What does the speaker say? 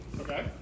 Okay